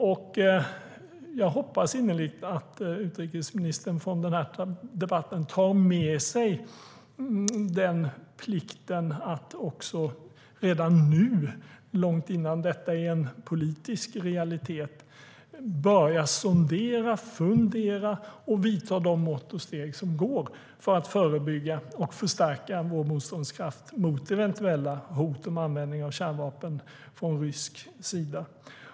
Jag hoppas innerligt att utrikesministern från denna debatt tar med sig den plikten att redan nu, långt innan detta är en politisk realitet, börja sondera, fundera och vidta de mått och steg som går för att förebygga och förstärka vår motståndskraft mot eventuella hot om användning av kärnvapen från rysk sida.